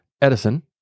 Edison